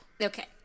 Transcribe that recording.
Okay